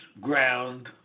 ground